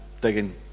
digging